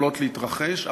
יכולות להתרחש,